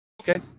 Okay